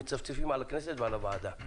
מצפצפים על הכנסת ועל הוועדה.